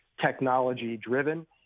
technology-driven